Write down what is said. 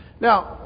Now